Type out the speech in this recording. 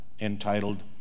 entitled